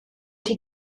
die